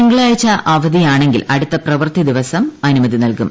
തിങ്കളാഴ്ച അവധിയാണെങ്കിൽ അടുത്ത പ്രവർത്തി ദിവസം അനുമതി നൽകും